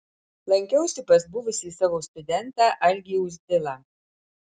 lankiausi pas buvusį savo studentą algį uzdilą